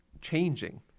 changing